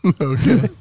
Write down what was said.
Okay